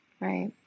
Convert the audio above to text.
right